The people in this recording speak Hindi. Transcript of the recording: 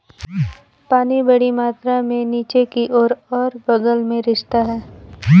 पानी बड़ी मात्रा में नीचे की ओर और बग़ल में रिसता है